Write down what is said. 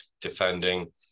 defending